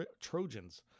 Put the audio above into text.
trojans